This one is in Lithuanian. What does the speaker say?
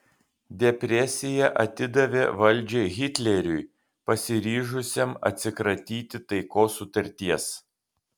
depresija atidavė valdžią hitleriui pasiryžusiam atsikratyti taikos sutarties